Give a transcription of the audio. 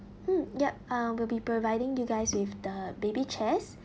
mm yup uh we'll be providing you guys with the baby chairs